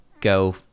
go